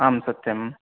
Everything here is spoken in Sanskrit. आं सत्यम्